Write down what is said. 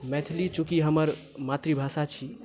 मैथिली चूँकि हमर मातृभाषा छी